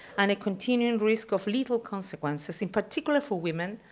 and a continuing risk of lethal consequences, in particular, for women,